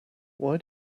why